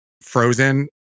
frozen